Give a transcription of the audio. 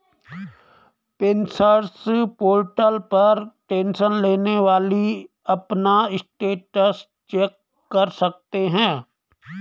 pensioners portal पर tension लेने वाली अपना स्टेटस चेक कर सकते हैं